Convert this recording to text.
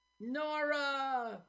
Nora